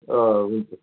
अँ हुन्छ